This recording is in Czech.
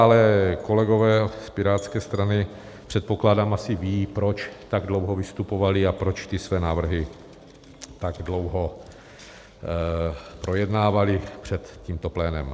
Ale kolegové z Pirátské strany, předpokládám, asi ví, proč tak dlouho vystupovali a proč své návrhy tak dlouho projednávali před tímto plénem.